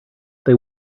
they